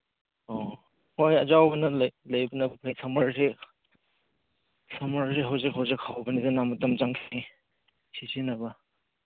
ꯑꯣ ꯍꯣꯏ ꯑꯆꯧꯕꯅ ꯂꯩꯕꯅꯦ ꯁꯃꯔꯁꯦ ꯁꯃꯔꯁꯦ ꯍꯧꯖꯤꯛ ꯍꯧꯖꯤꯛ ꯍꯧꯕꯅꯤꯅ ꯃꯇꯝ ꯆꯪꯒꯅꯤ ꯁꯤꯁꯤꯟꯅꯕ